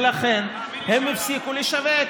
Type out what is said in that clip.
ולכן הם הפסיקו לשווק.